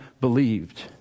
believed